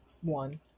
one